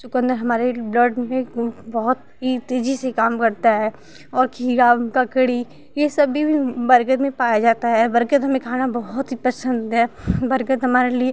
चुकंदर हमारे ब्लड में बहुत ही तेजी से काम करता है और खीरा ककड़ी ये सब भी बर्गद में पाया जाता है बर्गद हमें खाना बहुत ही पसंद है बर्गद हमारे लिए